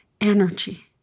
energy